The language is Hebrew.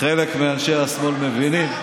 חלק מאנשי השמאל מבינים,